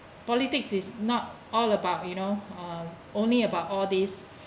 politics is not all about you know uh only about all these